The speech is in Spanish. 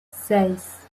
seis